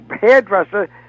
hairdresser